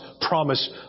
promise